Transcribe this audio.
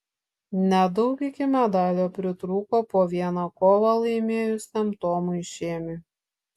nedaug iki medalio pritrūko po vieną kovą laimėjusiam tomui šėmiui